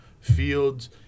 Fields